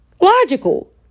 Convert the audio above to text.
Logical